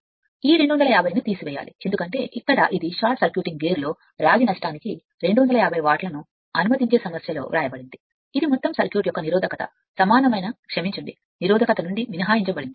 మరియు ఈ 250 ను తీసివేయాలి ఎందుకంటే ఇక్కడ ఇది షార్ట్ సర్క్యూటింగ్ గేర్లో రాగి నష్టానికి 250 వాట్లను అనుమతించే సమస్యలో వ్రాయబడింది ఇది మొత్తం సర్క్యూట్ యొక్క నిరోధకత సమానమైన క్షమించండి నిరోధకత నుండి మినహాయించబడింది